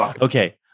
Okay